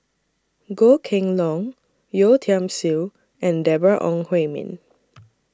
Goh Kheng Long Yeo Tiam Siew and Deborah Ong Hui Min